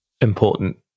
important